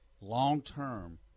long-term